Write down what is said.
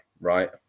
right